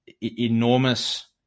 enormous